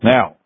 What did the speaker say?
Now